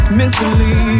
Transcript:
mentally